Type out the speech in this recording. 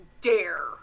dare